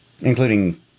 Including